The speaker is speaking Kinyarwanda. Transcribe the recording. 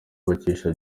bakesha